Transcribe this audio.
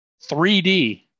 3D